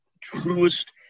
truest